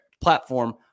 platform